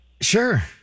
Sure